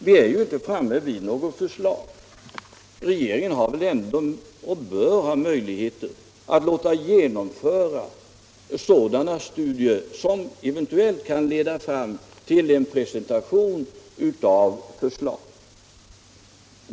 Vi är ju inte framme vid något förslag, och regeringen bör väl ändå ha möjlighet att låta genomföra sådana studier som eventuellt kan leda fram till en presentation också av nya förslag.